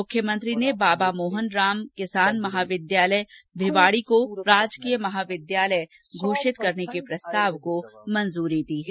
मुख्यमंत्री ने बाबा मोहन राम किसान महाविद्यालय भिवाड़ी को राजकीय महाविद्यालय घोषित करने के प्रस्ताव को मंजूरी दी है